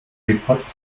report